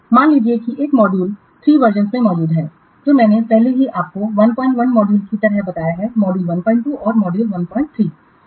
मान लीजिए कि एक मॉड्यूल 3 वर्जनसं में मौजूद है जो मैंने पहले ही आपको 11 मॉड्यूल की तरह बताया है मॉड्यूल 12 और मॉड्यूल 13